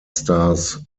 stars